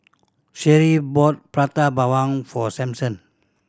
Sherree bought Prata Bawang for Samson